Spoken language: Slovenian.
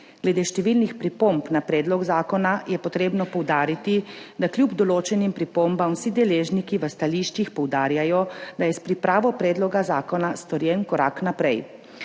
Glede številnih pripomb na predlog zakona je potrebno poudariti, da kljub določenim pripombam vsi deležniki v stališčih poudarjajo, da je s pripravo predloga zakona storjen korak naprej.